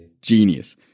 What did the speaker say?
Genius